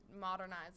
modernize